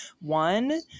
one